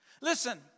Listen